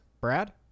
Brad